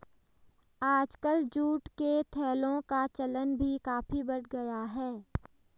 आजकल जूट के थैलों का चलन भी काफी बढ़ गया है